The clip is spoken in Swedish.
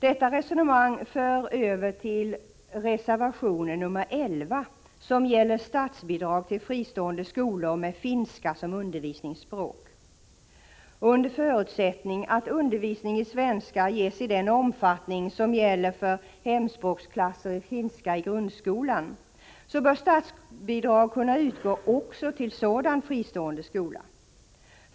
Detta resonemang för över till reservation nr 11, som gäller statsbidrag till fristående skolor med finska som undervisningsspråk. Under förutsättning att undervisning i svenska ges i den omfattning som gäller för hemspråksklasser i finska i grundskolan bör statsbidrag kunna utgå också till sådan fristående skola.